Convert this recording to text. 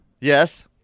Yes